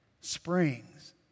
springs